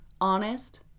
honest